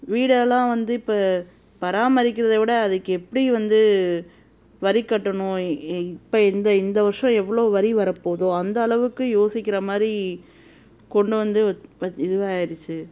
வீடெல்லாம் வந்து இப்போ பராமரிக்கிறதை விட அதுக்கு எப்படி வந்து வரி கட்டணும் இப்போ இந்த இந்த வருஷம் எவ்வளோ வரி வரப்போகுதோ அந்த அளவுக்கு யோசிக்கிற மாதிரி கொண்டு வந்து வ வச் இதுவாகிருச்சு